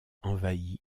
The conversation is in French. envahit